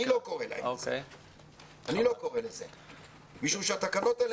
אני לא קורא לזה משום שהתקנות האלה